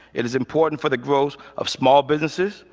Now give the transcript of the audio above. it is important for the growth of small businesses,